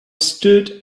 stood